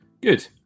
Good